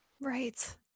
Right